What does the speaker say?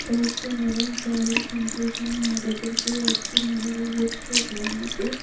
okay madam చాలా సంతోషం నా దగ్గరికి వచ్చి నన్ను విజిట్ చేసినందుకు